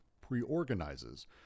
pre-organizes